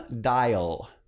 Dial